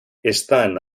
están